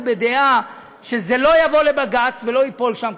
בדעה שזה לא יגיע לבג"ץ ולא ייפול שם,